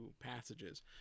passages